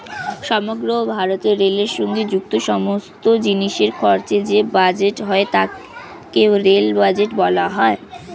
সমগ্র ভারতে রেলের সঙ্গে যুক্ত সমস্ত জিনিসের খরচের যে বাজেট হয় তাকে রেল বাজেট বলা হয়